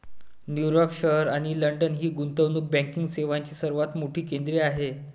New York शहर आणि London ही गुंतवणूक बँकिंग सेवांची सर्वात मोठी केंद्रे आहेत